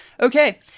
Okay